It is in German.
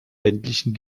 ländlichen